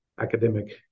academic